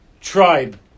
tribe